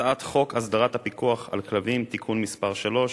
הצעת חוק להסדרת הפיקוח על כלבים (תיקון מס' 3),